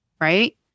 Right